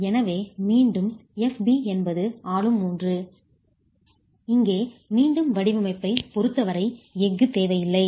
எனவே மீண்டும் Fb என்பது ஆளும் ஒன்று இங்கே மீண்டும் வடிவமைப்பைப் பொருத்தவரை எஃகு தேவை இல்லை